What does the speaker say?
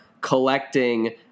collecting